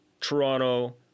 Toronto